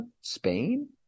Spain